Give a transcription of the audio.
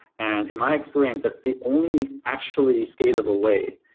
and in my experience, that's the only actually scalable way,